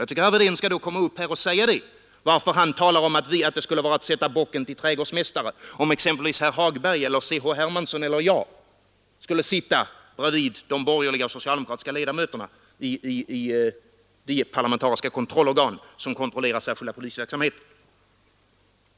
Jag tycker att herr Wedén skall förklara varför det skulle vara att sätta bocken till trädgårdsmästare, om exempelvis herr Hagberg eller herr Hermansson eller jag skulle sitta bredvid de borgerliga och socialdemokratiska ledamöterna i de parlamentariska organ som kontrollerar den särskilda polisverksamheten.